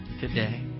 Today